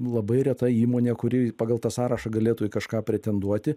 labai reta įmonė kuri pagal tą sąrašą galėtų į kažką pretenduoti